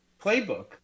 playbook